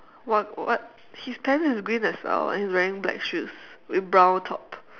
what what his pants is green as well and he's wearing black shoes with brown top